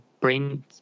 brain